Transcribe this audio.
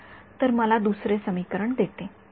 तर हे मला दुसरे समीकरण देते